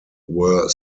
were